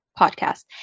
podcast